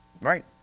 right